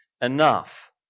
enough